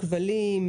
הכבלים,